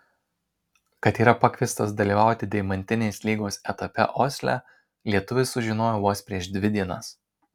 kad yra pakviestas dalyvauti deimantinės lygos etape osle lietuvis sužinojo vos prieš dvi dienas